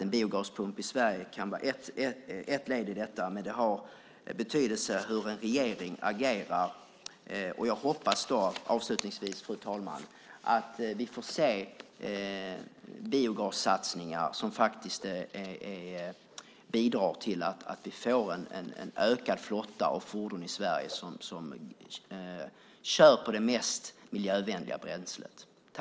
En biogaspump i Sverige kan vara ett led i detta. Det har betydelse hur en regering agerar. Jag hoppas, fru talman, att vi får se biogassatsningar som bidrar till att vi får en ökad flotta av fordon i Sverige som kör på det mest miljövänliga bränslet.